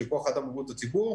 בהקשר של כוח אדם בבריאות הציבור,